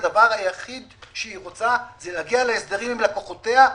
הדבר היחיד שהמערכת הבנקאית רוצה זה להגיע להסדרים עם לקוחותיה,